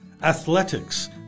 athletics